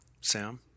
Sam